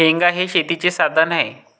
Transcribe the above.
हेंगा हे शेतीचे साधन आहे